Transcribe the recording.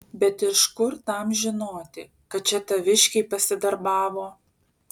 bet iš kur tam žinoti kad čia taviškiai pasidarbavo